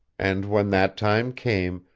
and when that time came,